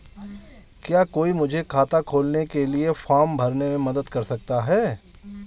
क्या कोई मुझे खाता खोलने के लिए फॉर्म भरने में मदद कर सकता है?